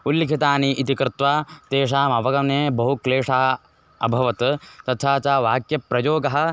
उल्लिखितानि इति कृत्वा तेषाम् अवगमने बहु क्लेशः अभवत् तथा च वाक्यप्रयोगः